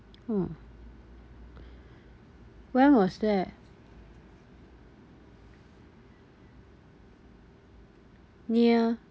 oh where was there near